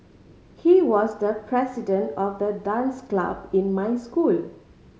he was the president of the dance club in my school